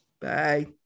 Bye